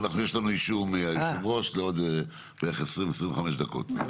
יש לנו אישור מהיושב-ראש לעוד 25-20 דקות בערך.